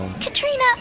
Katrina